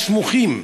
הסמוכים.